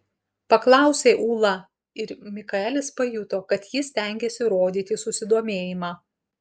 paklausė ūla ir mikaelis pajuto kad ji stengiasi rodyti susidomėjimą